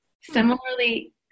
Similarly